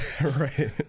Right